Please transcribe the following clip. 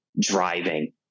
driving